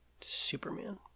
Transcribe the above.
Superman